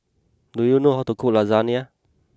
do you know how to cook Lasagna